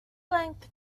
length